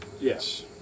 Yes